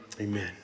amen